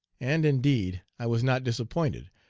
and, indeed, i was not disappointed,